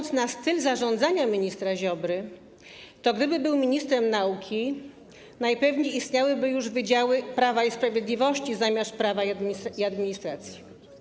Jeśli chodzi o styl zarządzania ministra Ziobry, to gdyby był ministrem nauki, najpewniej istniałyby już wydziały prawa i sprawiedliwości zamiast prawa i administracji.